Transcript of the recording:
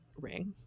ring